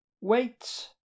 Wait